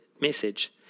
message